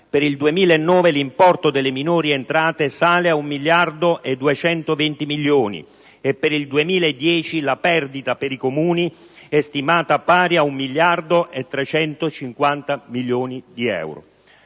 per il 2009 l'importo delle minori entrate sale a un miliardo e 220 milioni di euro, mentre per il 2010 la perdita per i Comuni è stimata pari a un miliardo e 350 milioni di euro.